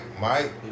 Mike